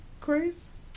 Grace